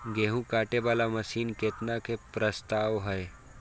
गेहूँ काटे वाला मशीन केतना के प्रस्ताव हय?